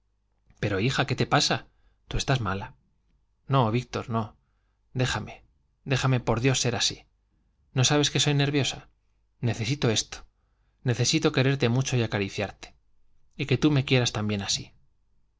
pero hija qué te pasa tú estás mala no víctor no déjame déjame por dios ser así no sabes que soy nerviosa necesito esto necesito quererte mucho y acariciarte y que tú me quieras también así